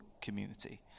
community